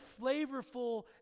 flavorful